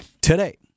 today